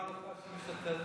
אבל מי אמר לך שהוא משתתף?